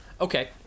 Okay